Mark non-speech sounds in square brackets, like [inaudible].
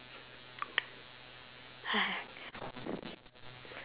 [noise]